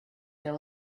their